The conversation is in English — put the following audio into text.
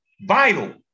Vital